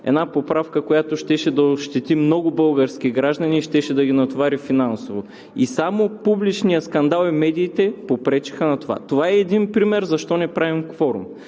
една поправка, която щеше да ощети много български граждани и да ги натовари финансово, и само публичният скандал и медиите попречиха на това. Това е и един пример защо не правим кворум.